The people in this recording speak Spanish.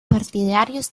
partidarios